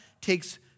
takes